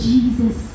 Jesus